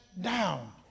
down